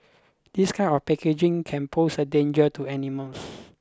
this kind of packaging can pose a danger to animals